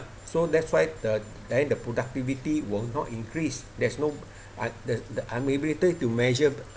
so that's why the then the productivity will not increase there's no un~ the unable to measure